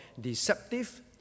deceptive